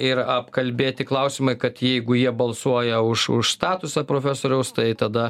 ir apkalbėti klausimai kad jeigu jie balsuoja už už statusą profesoriaus tai tada